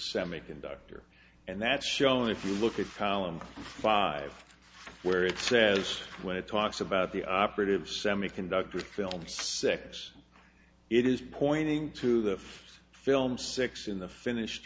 semiconductor and that's shown if you look at column five where it says when it talks about the operative semiconductors film six it is pointing to the film six in the finished